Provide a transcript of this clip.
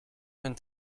hun